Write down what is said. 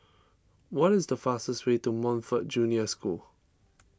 what is the fastest way to Montfort Junior School